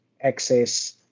access